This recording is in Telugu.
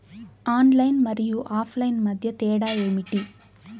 ఆన్లైన్ మరియు ఆఫ్లైన్ మధ్య తేడా ఏమిటీ?